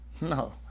No